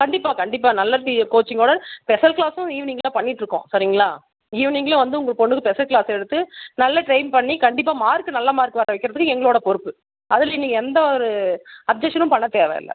கண்டிப்பாக கண்டிப்பாக நல்ல டீ கோச்சிங்கோடு ஸ்பெஷல் கிளாஸும் ஈவினிங்கில் பண்ணிகிட்ருக்கோம் சரிங்களா ஈவினிங்கில் வந்து உங்கள் பொண்ணுக்கு ஸ்பெஷல் கிளாஸ் எடுத்து நல்ல ட்ரெய்ன் பண்ணி கண்டிப்பாக மார்க்கு நல்ல மார்க் வர வைக்கிறதுக்கு எங்களோட பொறுப்பு அதிலியும் நீங்கள் எந்த ஒரு அப்ஜெக்ஷனும் பண்ண தேவை இல்லை